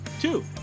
two